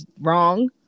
wrong